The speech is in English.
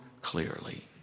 clearly